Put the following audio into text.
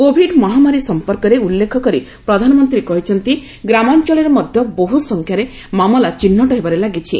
Covid ମହାମାରୀ ସମ୍ପର୍କରେ ଉଲ୍ଲେଖ କରି ପ୍ରଧାନମନ୍ତ୍ରୀ କହିଛନ୍ତି ଗ୍ରାମାଂଚଳରେ ମଧ୍ୟ ବହୁ ସଂଖ୍ୟାରେ ମାମଲା ଚିହ୍ନଟ ହେବାରେ ଲାଗିଛି